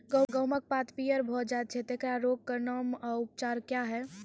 गेहूँमक पात पीअर भअ जायत छै, तेकरा रोगऽक नाम आ उपचार क्या है?